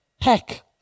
heck